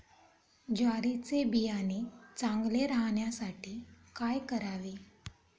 ज्वारीचे बियाणे चांगले राहण्यासाठी काय करावे?